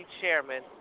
Chairman